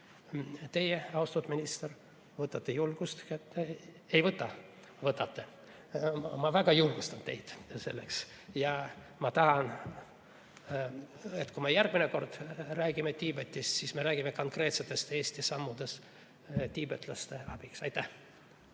teie, austatud minister, võtate julguse ... Ei võta? Võtate. Ma väga julgustan teid selleks ja ma tahan, et kui me järgmine kord Tiibetist räägime, siis me räägiksime konkreetsetest Eesti sammudest tiibetlaste abistamiseks. Aitäh!